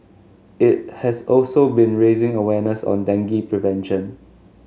it has also been raising awareness on dengue prevention